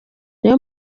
niyo